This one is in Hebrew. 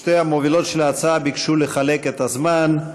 שתי המובילות של ההצעה ביקשו לחלק את הזמן,